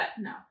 no